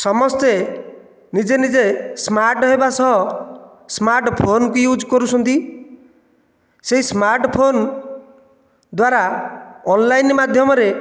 ସମସ୍ତେ ନିଜେ ନିଜେ ସ୍ମାର୍ଟ ହେବା ସହ ସ୍ମାର୍ଟ ଫୋନ ବି ଇଉଜ୍ କରୁଛନ୍ତି ସେହି ସ୍ମାର୍ଟ ଫୋନ ଦ୍ୱାରା ଅନଲାଇନ୍ ମାଧ୍ୟମରେ